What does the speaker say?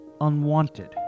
unwanted